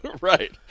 Right